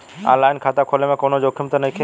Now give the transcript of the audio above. आन line खाता खोले में कौनो जोखिम त नइखे?